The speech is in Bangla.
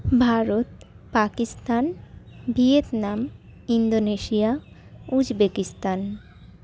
Bharat Pakistan Vietnam Indonesia Uzbekistan